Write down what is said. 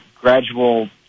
gradual